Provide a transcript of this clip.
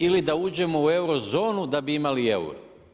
Ili da uđemo u euro zonu da bi imali euro.